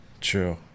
True